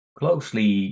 closely